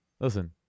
listen